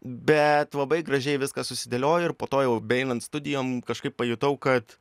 bet labai gražiai viskas susidėliojo ir po to jau beeinant studijom kažkaip pajutau kad